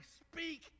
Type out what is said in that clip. speak